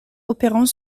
opérant